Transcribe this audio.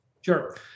Sure